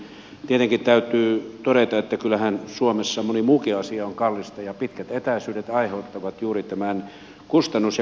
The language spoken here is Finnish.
tietenkin täytyy todeta että kyllähän suomessa moni muukin asia on kallista ja pitkät etäisyydet aiheuttavat juuri tämän kustannus ja kannattavuusongelman